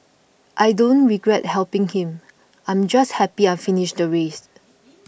I don't regret helping him I'm just happy I finished the race